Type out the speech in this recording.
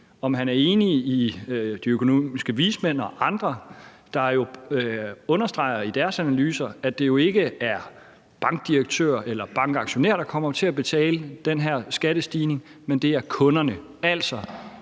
om han er enig med de økonomiske vismænd og andre, når de understreger i deres analyser, at det jo ikke er bankdirektører eller bankaktionærer, der kommer til at betale den her skattestigning, men at det er kunderne,